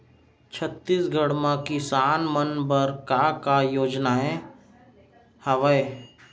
छत्तीसगढ़ म किसान मन बर का का योजनाएं हवय?